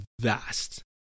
vast